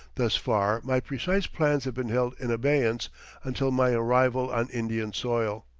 thus far my precise plans have been held in abeyance until my arrival on indian soil.